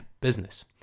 business